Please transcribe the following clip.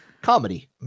Comedy